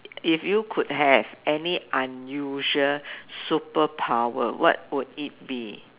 if you could have any unusual superpower what would it be